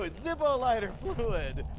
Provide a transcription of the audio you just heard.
ah zippo lighter fluid.